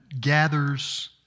gathers